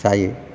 जायो